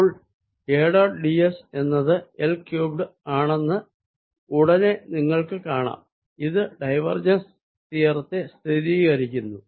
അപ്പോൾ A dot d s എന്നത് L cubed ആണെന്ന് ഉടനെ നിങ്ങൾക്ക് കാണാം ഇത് ഡൈവേർജെൻസ് തിയറത്തെ സ്ഥിരീകരിക്കുന്നു